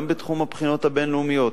גם בתחום הבחינות הבין-לאומיות,